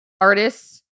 artists